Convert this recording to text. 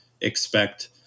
expect